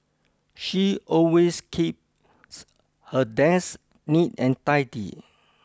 she always keeps her desk neat and tidy